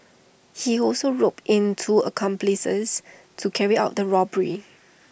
he also roped in two accomplices to carry out the robbery